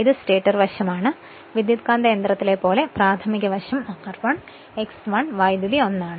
ഇത് സ്റ്റേറ്റർ വശം ആണ് ട്രാൻസ്ഫോർമറിലെ പോലെ പ്രാഥമിക വശം r 1 x 1 കറന്റ് 1 ആണ്